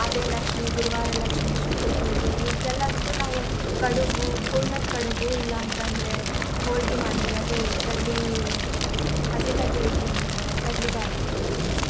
ಅದೇ ಲಕ್ಷ್ಮಿ ಗುರುವಾರ ಲಕ್ಷ್ಮಿ ಶುಕ್ರ ಪೂಜೆ ಇವ್ಕೆಲ್ಲದಕ್ಕೂ ನಾವು ಕಡುಬು ಹೂರ್ಣದ ಕಡುಬು ಇಲ್ಲ ಅಂತಂದರೆ ಹೋಳ್ಗೆ ಮಾಡ್ತೀವಿ ಅದು ಕಡ್ಲೆ ಹಸಿ ಕಡ್ಲೆ ಹಿಟ್ಟಿನ ಕಡ್ಲೆ ಬ್ಯಾಳೆದು